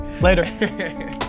Later